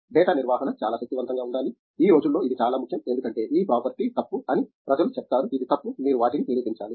data నిర్వహణ చాలా శక్తివంతంగా ఉండాలి ఈ రోజుల్లో ఇది చాలా ముఖ్యం ఎందుకంటే ఈ ప్రాపర్టీ తప్పు అని ప్రజలు చెప్తారు ఇది తప్పు మీరు వాటిని నిరూపించాలి